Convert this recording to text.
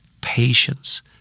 patience